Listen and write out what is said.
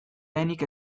lehenik